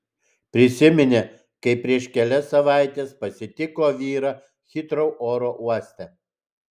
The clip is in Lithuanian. prisiminė kaip prieš kelias savaites pasitiko vyrą hitrou oro uoste